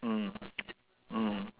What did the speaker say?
mm mm